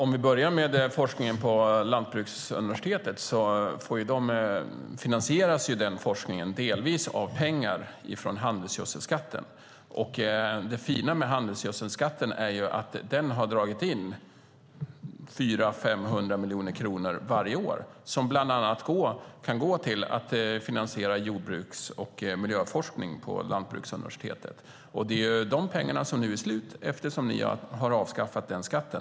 Fru talman! Forskningen på Lantbruksuniversitetet finansieras ju delvis av pengar från handelsgödselskatten. Det fina med handelsgödselskatten är att den har dragit in 400-500 miljoner kronor varje år, som bland annat kan gå till att finansiera jordbruks och miljöforskning på Lantbruksuniversitetet. Det är de pengarna som nu är slut eftersom ni har avskaffat den skatten.